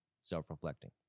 self-reflecting